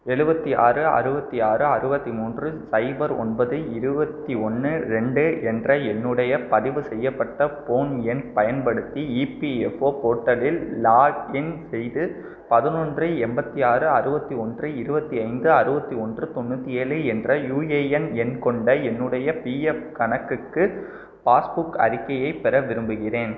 எழுவத்தி ஆறு அறுபத்தி ஆறு அறுபத்தி மூன்று சைபர் ஒன்பது இருபத்தி ஒன்று ரெண்டு என்ற என்னுடைய பதிவு செய்யப்பட்ட ஃபோன் எண் பயன்படுத்தி இபிஎஃப்ஓ போர்ட்டலில் லாக்இன் செய்து பதினொன்று எண்பத்தி ஆறு அறுபத்தி ஒன்று இருபத்தி ஐந்து அறுபத்தி ஒன்று தொண்ணூற்றி ஏழு என்ற யுஏஎன் எண் கொண்ட என்னுடைய பிஎஃப் கணக்குக்கு பாஸ்புக் அறிக்கையை பெற விரும்புகிறேன்